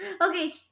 okay